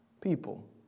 people